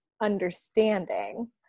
understanding